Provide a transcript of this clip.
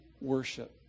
worship